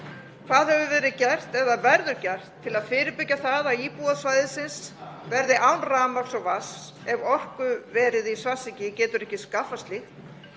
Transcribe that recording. Hvað hefur verið gert eða verður gert til að fyrirbyggja það að íbúar svæðisins verði án rafmagns og vatns ef orkuverið í Svartsengi getur ekki skaffað slíkt